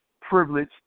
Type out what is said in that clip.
privilege